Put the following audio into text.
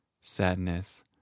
sadness